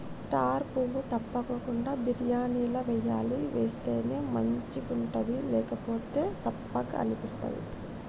star పువ్వు తప్పకుండ బిర్యానీల వేయాలి వేస్తేనే మంచిగుంటది లేకపోతె సప్పగ అనిపిస్తది